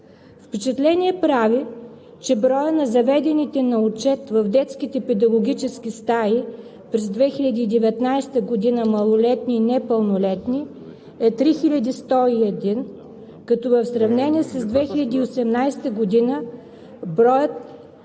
Впечатление прави, че броят на заведените на отчет в детските педагогически стаи през 2019 г. малолетни и непълнолетни е 3101, като в сравнение с 2018 г. броят